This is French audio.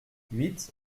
huit